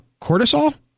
cortisol